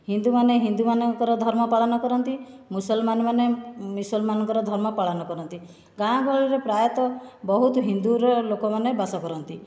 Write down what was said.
ହିନ୍ଦୁମାନେ ହିନ୍ଦୁମାନଙ୍କର ଧର୍ମ ପାଳନ କରନ୍ତି ମୁସଲମାନମାନେ ମୁସଲମାନଙ୍କର ଧର୍ମ ପାଳନ କରନ୍ତି ଗାଁ ଗହଳିରେ ପ୍ରାୟତଃ ବହୁତ ହିନ୍ଦୁର ଲୋକମାନେ ବାସ କରନ୍ତି